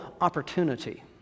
opportunity